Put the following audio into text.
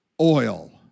oil